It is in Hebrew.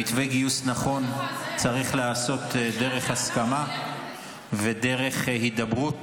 מתווה גיוס נכון צריך להיעשות דרך הסכמה ודרך הידברות,